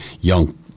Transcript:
young